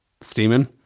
steaming